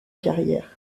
carrière